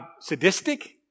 sadistic